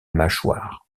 mâchoire